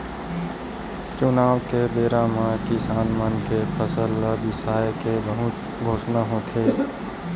चुनाव के बेरा म किसान मन के फसल ल बिसाए के बहुते घोसना होथे